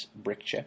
Brickchip